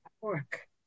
work